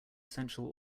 sensual